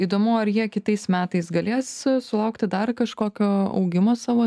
įdomu ar jie kitais metais galės sulaukti dar kažkokio augimo savo